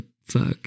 fuck